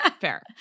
fair